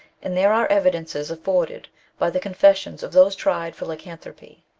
and there are evidences afforded by the confes sions of those tried for lycanthropy,